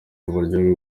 uburyo